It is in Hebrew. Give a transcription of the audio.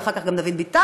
ואחר כך גם דוד ביטן,